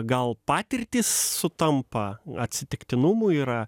gal patirtys sutampa atsitiktinumų yra